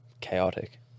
chaotic